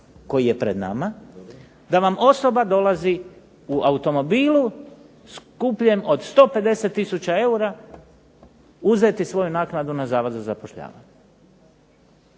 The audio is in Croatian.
koji je pred nama, da vam osoba dolazi u automobilu skupljem od 150 tisuća eura uzeti svoju naknadu na Zavod za zapošljavanje.